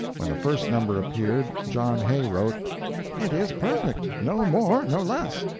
when the first number appeared, john hay wrote it is perfect no more, no less.